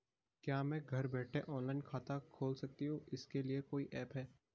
क्या मैं घर बैठे ऑनलाइन खाता खोल सकती हूँ इसके लिए कोई ऐप है?